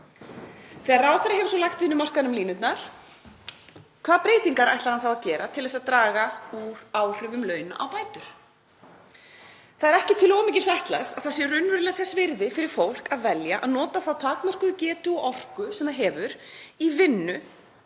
Þegar ráðherra hefur lagt vinnumarkaðnum línurnar, hvaða breytingar ætlar hann þá að gera til að draga úr áhrifum launa á bætur? Það er ekki til of mikils ætlast að það sé raunverulega þess virði fyrir fólk að velja að nota þá takmörkuðu getu og orku sem það hefur í vinnu